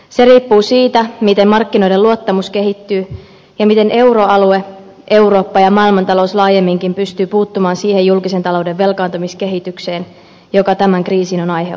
se riippuu siitä miten markkinoiden luottamus kehittyy ja miten euroalue eurooppa ja maailmantalous laajemminkin pystyvät puuttumaan siihen julkisen talouden velkaantumiskehitykseen joka tämän kriisin on aiheuttanut